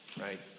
right